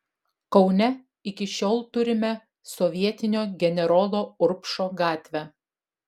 kaune iki šiol turime sovietinio generolo urbšo gatvę